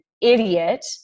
idiot